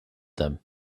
them